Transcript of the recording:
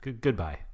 goodbye